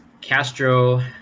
Castro